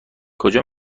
کجا